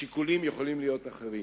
השיקולים יכולים להיות אחרים.